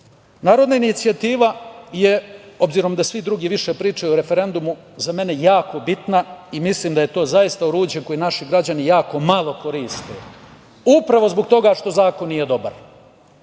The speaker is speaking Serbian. inicijativa je, obzirom da svi drugi više pričaju o referendumu, za mene jako bitna i mislim da je to zaista oruđe koje naši građani jako malo koriste, upravo zbog toga što zakon nije dobar.